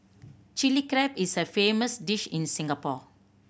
Chilli Crab is a famous dish in Singapore